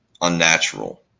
unnatural